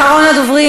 אנחנו רוצים להמשיך,